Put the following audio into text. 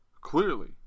Clearly